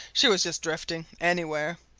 she was just drifting anywhere,